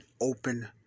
open